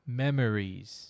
memories